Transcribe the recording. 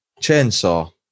Chainsaw